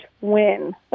win